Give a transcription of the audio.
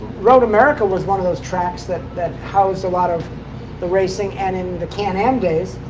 road america was one of those tracks that that housed a lot of the racing. and in the can am days,